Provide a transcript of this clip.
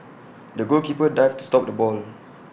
the goalkeeper dived to stop the ball